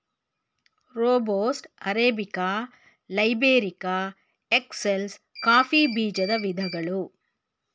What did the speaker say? robusta, arabica, liberica, excelsa coffee ಬೀಜದ ವಿಧಗಳು